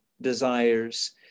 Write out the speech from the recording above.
desires